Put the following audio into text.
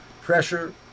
pressure